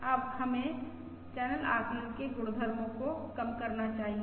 अब हमें चैनल आकलन के गुणधर्मो को कम करना चाहिए